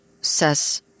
says